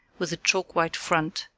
with a chalk-white front,